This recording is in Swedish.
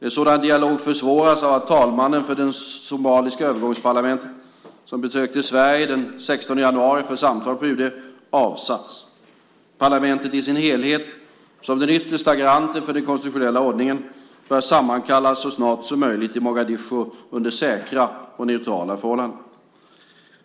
En sådan dialog försvåras av att talmannen för det somaliska övergångsparlamentet, som besökte Sverige den 16 januari för samtal på UD, avsatts. Parlamentet i sin helhet, som den yttersta garanten för den konstitutionella ordningen, bör sammankallas så snart som möjligt i Mogadishu under säkra och neutrala förhållanden.